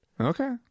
Okay